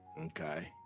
Okay